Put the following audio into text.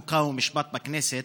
חוק ומשפט בכנסת